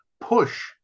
push